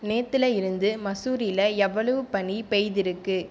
நேத்தில் இருந்து மசூரில் எவ்வளவு பனி பெய்திருக்கு